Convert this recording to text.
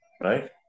Right